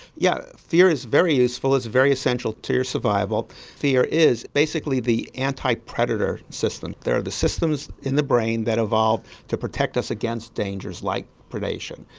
yeah fear is very useful, it's very essential to your survival. fear is basically the anti-predator system they are the systems in the brain that evolved to protect us against dangers dangers like predation.